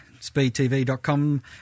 speedtv.com